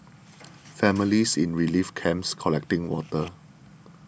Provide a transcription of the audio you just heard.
families in relief camps collecting water